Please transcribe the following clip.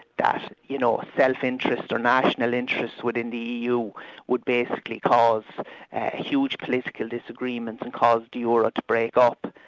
that you know self-interest or national interests within the eu would basically cause a huge political disagreement and cause the euro to break up,